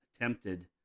Attempted